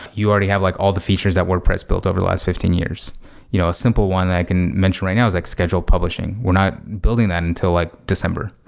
you already have like all the features that wordpress built over the last fifteen years you know simple one i can mention right now is like scheduled publishing. we're not building that until like december.